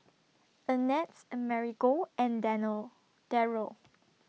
Annette's Amerigo and Daryl